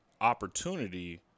opportunity